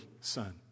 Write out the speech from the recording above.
son